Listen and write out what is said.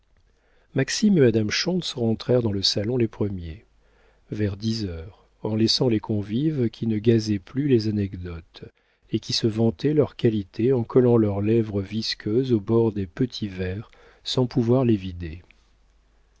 et madame schontz rentrèrent dans le salon les premiers vers dix heures en laissant les convives qui ne gazaient plus les anecdotes et qui se vantaient leurs qualités en collant leurs lèvres visqueuses au bord des petits verres sans pouvoir les vider